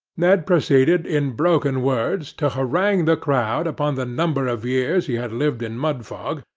ned proceeded in broken words to harangue the crowd upon the number of years he had lived in mudfog,